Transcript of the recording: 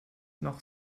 noch